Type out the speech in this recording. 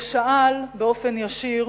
ושאל באופן ישיר